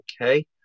okay